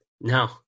No